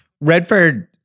Redford